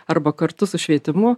arba kartu su švietimu